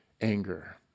anger